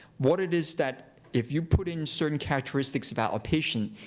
what it is that, if you put in certain characteristics about a patient,